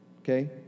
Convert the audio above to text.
Okay